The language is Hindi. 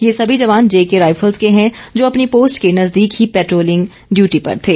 ये सभी जवान जेके राईफल्स के हैं जो अपनी पोस्ट के नज़दीक ही पैट्रोलिंग डयूटी पर थे